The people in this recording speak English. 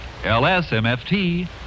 LSMFT